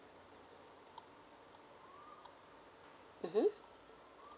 mmhmm